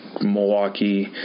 Milwaukee